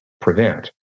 prevent